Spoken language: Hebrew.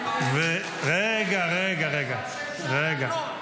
רגע, רגע, רגע.